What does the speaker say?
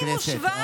חברי הכנסת,